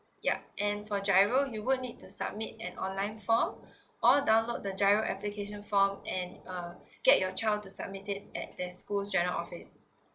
ya and for giro you would need to submit an online form or download the giro application form and uh get your child to submit it at their schools general office